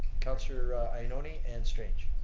councillor ioannoni and strange.